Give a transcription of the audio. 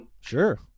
Sure